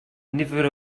nifer